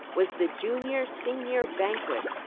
was the junior-senior banquet,